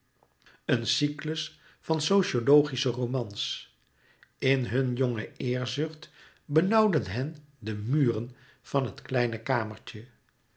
een cyclus van sociologische romans in hun jonge eerzucht benauwden hen de muren van het kleine kamertje